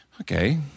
Okay